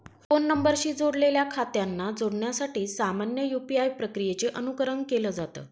phone नंबरशी जोडलेल्या खात्यांना जोडण्यासाठी सामान्य यू.पी.आय प्रक्रियेचे अनुकरण केलं जात